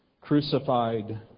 crucified